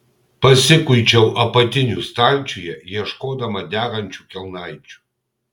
pasikuičiau apatinių stalčiuje ieškodama derančių kelnaičių